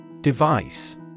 Device